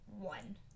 one